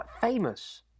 famous